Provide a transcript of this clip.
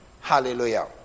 Hallelujah